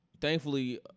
Thankfully